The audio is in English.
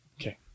Okay